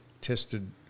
tested